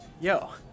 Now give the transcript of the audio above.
Yo